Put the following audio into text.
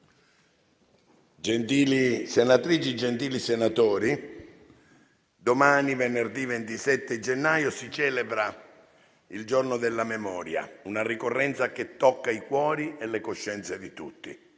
Gentili senatrici, gentili senatori, domani, venerdì 27 gennaio, si celebra il Giorno della Memoria, una ricorrenza che tocca i cuori e le coscienze di tutti.